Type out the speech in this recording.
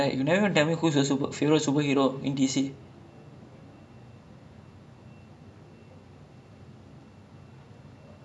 what the fuck wait err wait I tell you I tell you err my favourite superhero I think would be